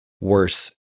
worse